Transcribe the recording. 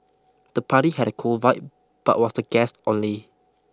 the party had a cool vibe but was the guests only